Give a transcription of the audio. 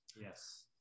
Yes